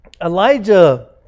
Elijah